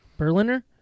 Berliner